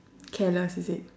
careless is it